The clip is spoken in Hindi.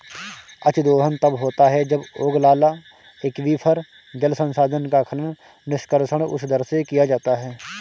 अतिदोहन तब होता है जब ओगलाला एक्वीफर, जल संसाधन का खनन, निष्कर्षण उस दर से किया जाता है